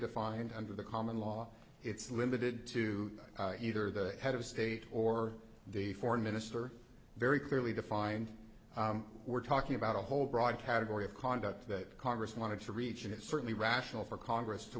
defined under the common law it's limited to either the head of state or the foreign minister very clearly defined we're talking about a whole broad category of conduct that congress wanted to reach and it's certainly rational for congress to